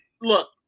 look